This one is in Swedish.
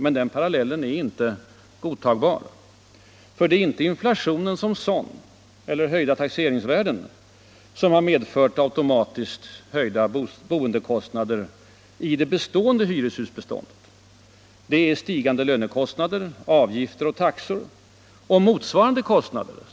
Men den parallellen är inte godtagbar, för det är inte inflationen som sådan eller höjda taxeringsvärden som har medfört automatiskt höjda boendekostnader i det bestående hyreshusbeståndet. Det är stigande lönekostnader, avgifter och taxor.